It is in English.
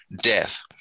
death